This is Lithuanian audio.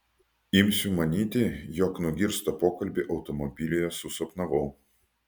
imsiu manyti jog nugirstą pokalbį automobilyje susapnavau